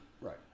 Right